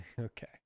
Okay